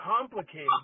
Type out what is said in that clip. complicated